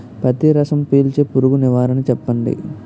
పత్తి రసం పీల్చే పురుగు నివారణ చెప్పండి?